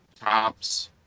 tops